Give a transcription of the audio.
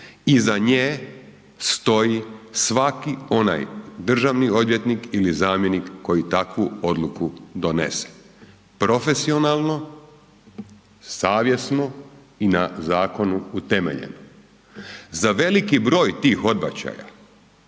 iza nje stoji svaki onaj državni odvjetnik ili zamjenik koji takvu odluku donese. Profesionalno, savjesno i na zakonu utemeljeno. Za veliki broj tih odbačaja,